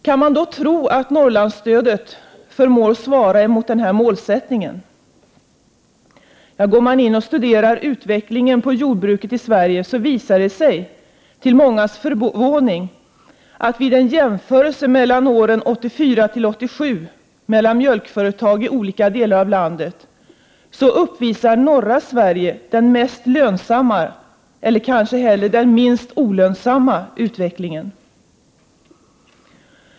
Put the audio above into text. Kan man då tro att Norrlandsstödet förmår svara emot denna målsättning? Går man in och studerar utvecklingen på jordbruket i Sverige så finner man, till mångas förvåning, att vid en jämförelse under 1984—1987 mellan mjölkföretag i olika delar av landet, uppvisar norra Sverige den mest lönsamma, eller man kanske skall säga den minst olönsamma, utvecklingen.